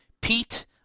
Pete